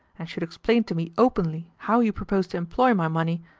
and should explain to me openly how you propose to employ my money,